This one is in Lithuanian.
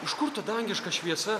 iš kur ta dangiška šviesa